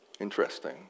Interesting